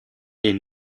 est